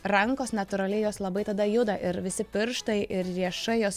rankos natūraliai jos labai tada juda ir visi pirštai ir riešai jos